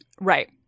Right